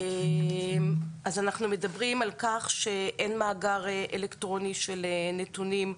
אז אנחנו מדברים על כך שאין מאגר אלקטרוני של נתונים.